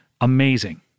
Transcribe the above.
Amazing